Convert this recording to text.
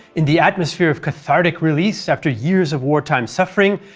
in the atmosphere of cathartic release after years of wartime suffering,